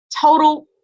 total